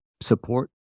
support